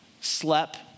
slept